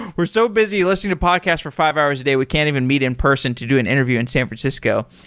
we're so busy listening to podcast for five hours a day. we can't even meet in person to do an interview in san francisco.